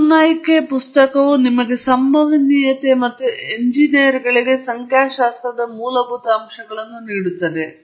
Ogunnaike ಪುಸ್ತಕವು ನಿಮಗೆ ಸಂಭವನೀಯತೆ ಮತ್ತು ಎಂಜಿನಿಯರ್ಗಳಿಗೆ ಸಂಖ್ಯಾಶಾಸ್ತ್ರದ ಮೂಲಭೂತ ಅಂಶಗಳನ್ನು ನೀಡುತ್ತದೆ